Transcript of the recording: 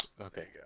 Okay